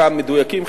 חלקם מדויקים,